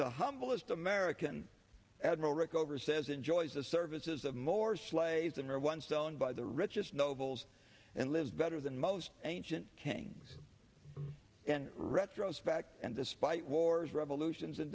the humblest american admiral rickover says enjoys the services of more slaves and were once owned by the richest nobles and lives better than most ancient kings and retrospect and despite wars revolutions in